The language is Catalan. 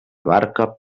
barca